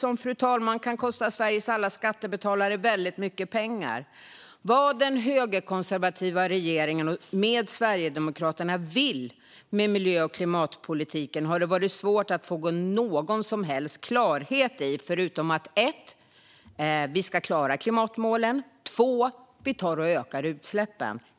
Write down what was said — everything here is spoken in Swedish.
Det kan kosta Sveriges alla skattebetalare väldigt mycket pengar, fru talman. Vad den högerkonservativa regeringen med Sverigedemokraterna vill med miljö och klimatpolitiken har det varit svårt att få någon som helst klarhet i, förutom att vi för det första ska klara klimatmålen och för det andra tar och ökar utsläppen.